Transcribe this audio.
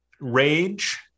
rage